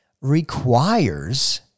requires